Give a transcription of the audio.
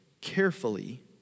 carefully